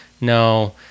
no